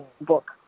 book